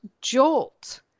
jolt